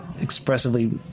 expressively